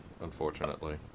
unfortunately